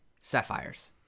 sapphires